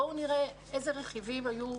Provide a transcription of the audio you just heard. בואו נראה איזה רכיבים היו.